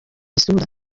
isura